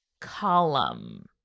column